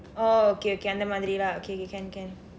oh okay okay அந்த மாதிரி:andtha maathiri lah okay okay can can